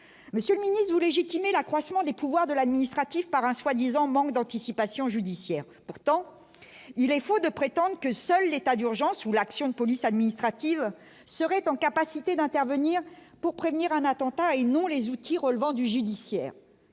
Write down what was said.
jours, monsieur ou légitimer l'accroissement des pouvoirs de l'administratif par un soi-disant manque d'anticipation judiciaire, pourtant il est faux de prétendre que seul l'état d'urgence sous l'action de police administrative serait en capacité d'intervenir pour prévenir un attentat et nous les outils relevant du judiciaire,